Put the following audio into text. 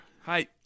Hi